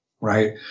Right